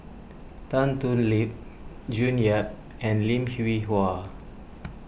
Tan Thoon Lip June Yap and Lim Hwee Hua